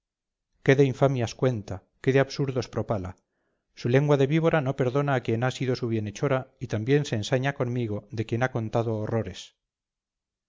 de infamias cuenta qué de absurdos propala su lengua de víbora no perdona a quien ha sido su bienhechora y también se ensaña conmigo de quien ha contado horrores